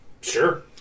Sure